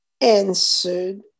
answered